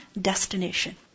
destination